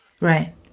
Right